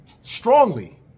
Strongly